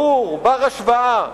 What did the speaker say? ברור, בר-השוואה,